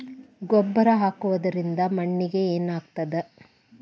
ಗೊಬ್ಬರ ಹಾಕುವುದರಿಂದ ಮಣ್ಣಿಗೆ ಏನಾಗ್ತದ?